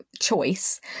choice